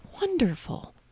wonderful